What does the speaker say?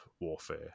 warfare